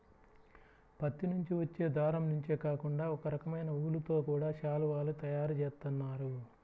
పత్తి నుంచి వచ్చే దారం నుంచే కాకుండా ఒకరకమైన ఊలుతో గూడా శాలువాలు తయారు జేత్తన్నారు